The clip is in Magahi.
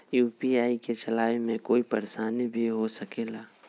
यू.पी.आई के चलावे मे कोई परेशानी भी हो सकेला?